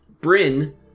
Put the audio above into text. Bryn